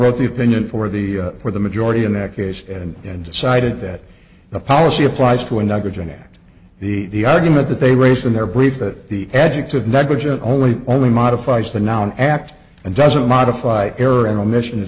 wrote the opinion for the for the majority in that case and and decided that the policy applies to a negligent act the argument that they raised in their brief that the adjective negligent only only modifies the noun act and doesn't modify error in the mission i